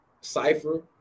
cipher